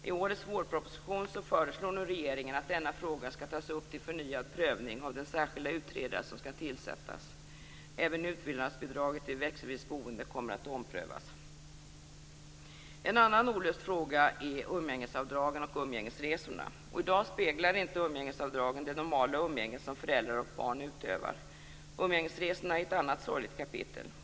I årets vårproposition föreslår nu regeringen att denna fråga skall tas upp till förnyad prövning av den särskilda utredare som skall tillsättas. Även utfyllnadsbidraget vid växelvis boende kommer att omprövas. En annan olöst fråga gäller umgängesavdragen och umgängesresorna. I dag speglar inte umgängesavdragen det normala umgänget som föräldrar och barn utövar. Umgängesresorna är ett annat sorgligt kapitel.